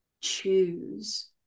choose